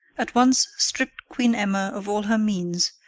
at once stripped queen emma of all her means,